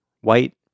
white